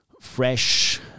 fresh